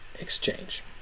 exchange